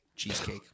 Cheesecake